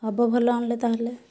ହବ ଭଲ ଆଣିଲେ ତା'ହେଲେ